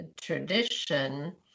tradition